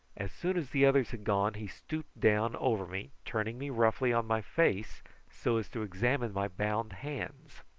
as soon as the others had gone he stooped down over me, turning me roughly on my face so as to examine my bound hands.